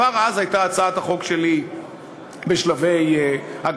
כבר אז הייתה הצעת החוק שלי בשלבי הגשה,